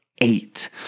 Eight